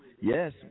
yes